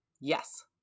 Yes